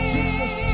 Jesus